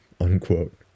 unquote